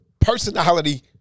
personality